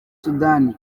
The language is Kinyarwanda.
soudan